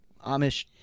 Amish